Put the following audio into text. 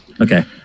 Okay